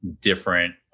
different